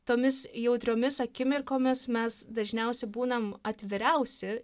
tomis jautriomis akimirkomis mes dažniausiai būnam atviriausi